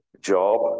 job